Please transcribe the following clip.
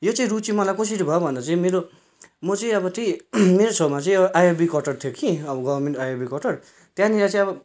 यो चाहिँ रुचि मलाई कसरी भयो भन्दा चाहिँ मेरो म चाहिँ अब चाहिँ मेरो छेउमा चाहिँ आईआरबी क्वार्टर थियो कि अब गभर्मेन्ट आईआरबी क्वार्टर त्यहाँनिर चाहिँ अब